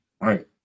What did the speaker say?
right